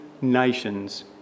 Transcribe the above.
nations